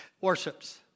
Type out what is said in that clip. worships